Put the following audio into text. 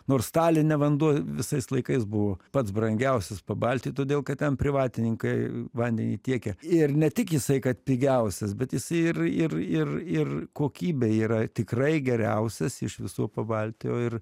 nors taline vanduo visais laikais buvo pats brangiausias pabalty todėl kad ten privatininkai vandenį tiekia ir ne tik jisai kad pigiausias bet jisai ir ir ir ir kokybė yra tikrai geriausias iš viso pabaltijo ir